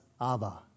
Abba